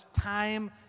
time